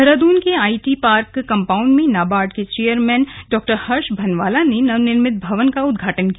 देहरादून के IT park compound में नाबार्ड के चैयरमैन डॉ हर्ष भनवाला ने नवनिर्मित भवन का उद्घाटन किया